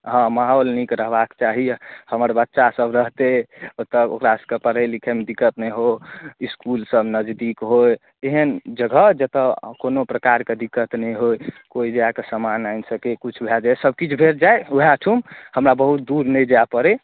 हँ माहौल नीक रहबाक चाही हमर बच्चासभ रहतै ओतय ओकरासभके पढ़ै लिखैमे दिक्कत नहि हो इस्कुलसभ नजदीक होय एहन जगह जतय कोनो प्रकारके दिक्कत नहि होय कोइ जा कऽ सामान आनि सकय किछु भए जाय सभकिछु भेट जाय उएहठुन हमरा बहुत दूर नहि जाय पड़य